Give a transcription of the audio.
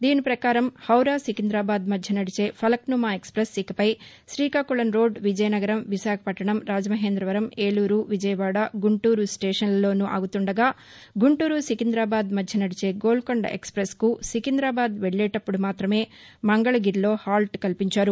దీని పకారం హౌరా సికిందాబాద్ మధ్య నదిచే ఫలక్సుమా ఎక్స్పెస్ ఇకపై తీకాకుళం రోడ్ విజయనగరం విశాఖపట్టణం రాజమహేంద్రవరం ఏలూరు విజయవాడ గుంటూరు స్టేషన్లలోనూ ఆగుతుండగా గుంటూరు సికింద్రాబాద్ మధ్య నడిచే గోల్మొండ ఎక్స్పెస్కు సికిందాబాద్ వెక్లేటప్పుడు మాత్రమే మంగళగిరిలో హాల్ల్ కల్పించారు